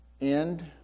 end